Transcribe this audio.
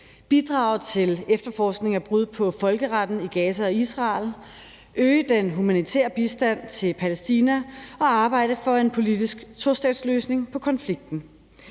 bidrage til efterforskning af brud på folkeretten i Gaza og Israel, øge den humanitære bistand til Palæstina og arbejde for en politisk tostatsløsning på konflikten.